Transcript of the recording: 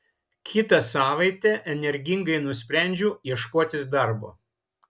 kitą savaitę energingai nusprendžiu ieškotis darbo